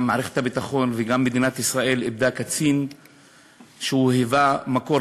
גם מערכת הביטחון וגם מדינת ישראל איבדו קצין אשר היווה מקור